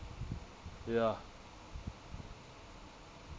ya